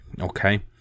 okay